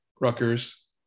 Rutgers